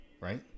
right